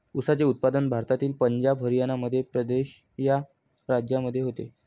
ऊसाचे उत्पादन भारतातील पंजाब हरियाणा मध्य प्रदेश या राज्यांमध्ये होते